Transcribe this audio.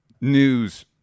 news